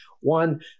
One